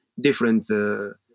different